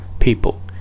people